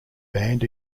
band